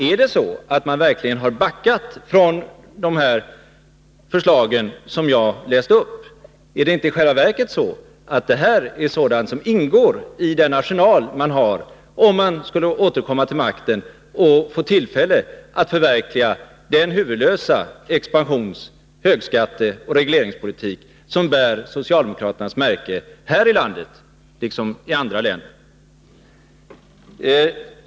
Eller har de verkligen backat från förslagen som jag läste upp? Är det inte i själva verket så att det som jag räknade upp är sådant som ingår i den arsenal socialdemokraterna har om de skulle återkomma i regeringsställning och få tillfälle att förverkliga den huvudlösa expansions-, högskatteoch regleringspolitik som bär socialdemokraternas märke här i landet liksom i andra länder?